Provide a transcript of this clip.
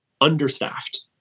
understaffed